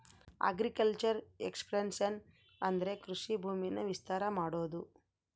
agriculture expansion ಅಂದ್ರೆ ಕೃಷಿ ಭೂಮಿನ ವಿಸ್ತಾರ ಮಾಡೋದು